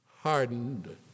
hardened